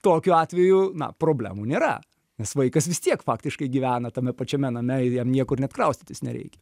tokiu atveju na problemų nėra nes vaikas vis tiek faktiškai gyvena tame pačiame name ir jam niekur net kraustytis nereikia